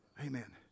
Amen